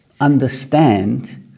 understand